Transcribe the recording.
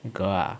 girl ah